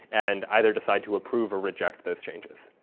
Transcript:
and either decide to approve or reject those changes.